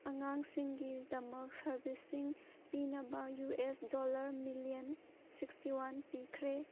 ꯑꯉꯥꯡꯁꯤꯡꯒꯤꯗꯃꯛ ꯁꯥꯔꯕꯤꯁꯁꯤꯡ ꯄꯤꯅꯕ U S dollar million sixty one ꯄꯤꯈ꯭ꯔꯦ